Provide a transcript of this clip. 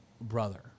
brother